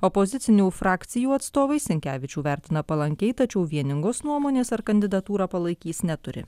opozicinių frakcijų atstovai sinkevičių vertina palankiai tačiau vieningos nuomonės ar kandidatūrą palaikys neturi